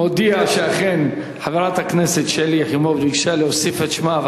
אני מודיע שאכן חברת הכנסת שלי יחימוביץ ביקשה להוסיף את שמה,